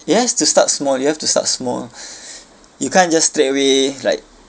yes to start small you have to start small you can't just straight away like